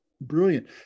brilliant